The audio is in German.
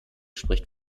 spricht